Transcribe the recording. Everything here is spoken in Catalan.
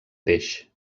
peix